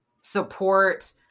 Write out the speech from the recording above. support